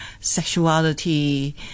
sexuality